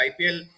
IPL